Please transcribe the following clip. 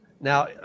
Now